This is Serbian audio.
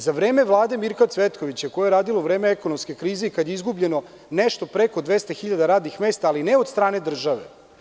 Za vreme Vlade Mirka Cvetkovića koja je radila u vreme ekonomske krize i kad je izgubljeno nešto preko 200.000 radnih mesta, ali ne od strane države.